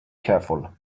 careful